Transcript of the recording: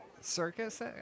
Circus